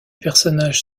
personnages